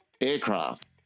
aircraft